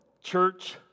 Church